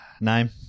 Name